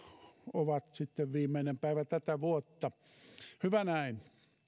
ovat sitten viimeinen päivä tätä vuotta hyvä näin